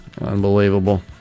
Unbelievable